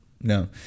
No